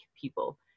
people